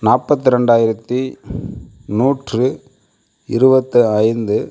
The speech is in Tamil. நாற்பத்தி ரெண்டாயிரத்து நூற்று இருபத்து ஐந்து